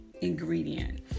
ingredient